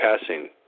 passing